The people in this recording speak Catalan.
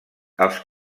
els